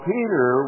Peter